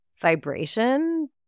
vibration